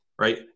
right